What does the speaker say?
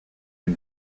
can